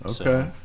Okay